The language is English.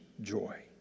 joy